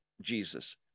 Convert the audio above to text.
Jesus